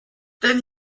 denn